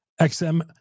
XM